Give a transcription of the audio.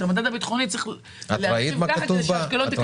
את המדד הביטחוני צריך להסדיר כך כדי שאשקלון תיכנס פנימה.